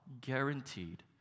guaranteed